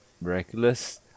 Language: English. miraculous